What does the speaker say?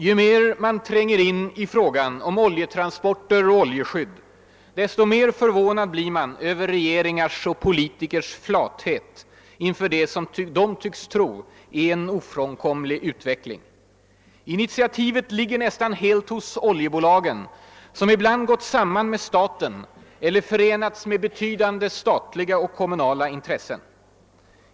Ju mer man tränger in i frågan om oljetransporter och oljeskydd desto mer förvånad blir man över regeringars och politikers flathet inför det de tycks tro vara en ofrånkomlig utveckling. Initiativet ligger nästan helt hos oljebolagen, som ibland gått samman med staten eller förenats med betydande statliga eller kommunala intressen.